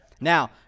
Now